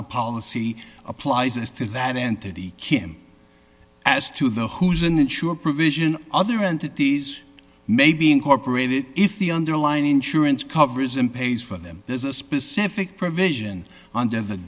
the policy applies to that entity kim as to the who's an insurer provision other entities may be incorporated if the underlying insurance covers and pays for them there's a specific provision under the